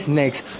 next